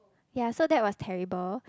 ya so that was terrible